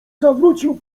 zawrócił